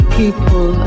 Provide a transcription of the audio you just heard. people